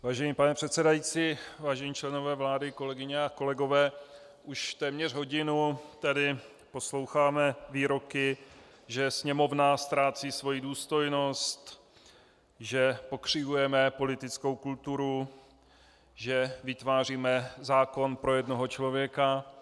Vážený pane předsedající, vážení členové vlády, kolegyně a kolegové, už téměř hodinu tady posloucháme výroky, že Sněmovna ztrácí svoji důstojnost, že pokřivujeme politickou kulturu, že vytváříme zákon pro jednoho člověka.